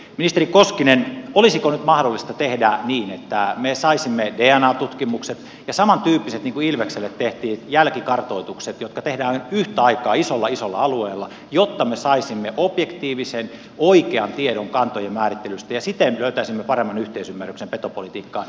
ministeri koskinen olisiko nyt mahdollista tehdä niin että me saisimme dna tutkimukset ja samantyyppiset jälkikartoitukset kuin ilvekselle tehtiin jotka tehdään yhtä aikaa isolla isolla alueella jotta me saisimme objektiivisen oikean tiedon kantojen määrittelystä ja siten löytäisimme paremman yhteisymmärryksen petopolitiikkaan